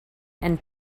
and